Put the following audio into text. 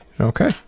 okay